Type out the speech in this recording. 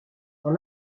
dans